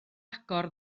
agor